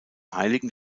heiligen